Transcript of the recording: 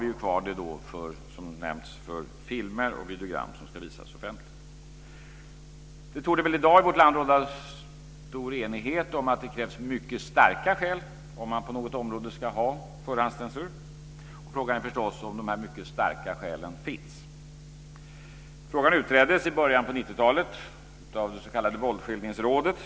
Däremot har vi som nämnts kvar det för filmer och videogram som ska visas offentligt. Det torde i dag i vårt land råda stor enighet om att det krävs mycket starka skäl om man på något område ska ha förhandscensur. Frågan är förstås om de här mycket starka skälen finns. Frågan utreddes i början av 90-talet av det s.k. Våldsskildringsrådet.